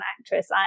actress